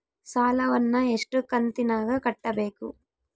ಸಾಲವನ್ನ ಎಷ್ಟು ಕಂತಿನಾಗ ಕಟ್ಟಬೇಕು?